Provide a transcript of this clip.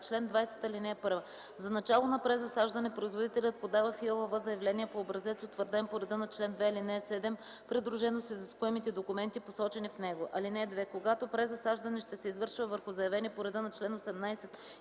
чл. 20: „Чл. 20. (1) За начало на презасаждане производителят подава в ИАЛВ заявление по образец, утвърден по реда на чл. 2, ал. 7, придружено с изискуемите документи, посочени в него. (2) Когато презасаждане ще се извършва върху заявени по реда на чл. 18